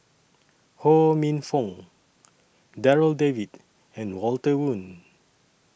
Ho Minfong Darryl David and Walter Woon